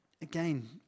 Again